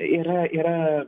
yra yra